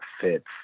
fits